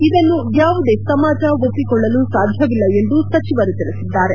ಇದನ್ನು ಯಾವುದೇ ಸಮಾಜ ಒಪ್ಪಿಕೊಳ್ಳಲು ಸಾಧ್ಯವಿಲ್ಲ ಎಂದು ಸಚಿವರು ತಿಳಿಸಿದ್ದಾರೆ